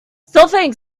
solfaing